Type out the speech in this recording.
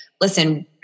listen